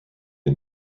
est